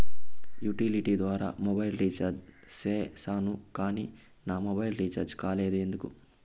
Utility ద్వారా mobile recharge సేసాను కానీ నా మొబైల్ రీచార్జి కాలేదు ఎందుకు?